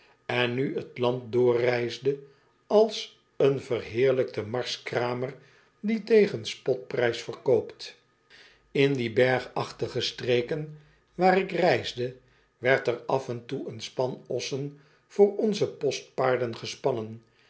en nu t land doorreisde als een verheerlijkte marskramer die tegen spotprijs verkoopt in die bergachtige streken waar ik reisde werd er af en toe een span ossen voor onze postpaarden gespannen